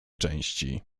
części